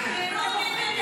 הם הופכים להיות